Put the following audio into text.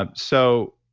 ah so,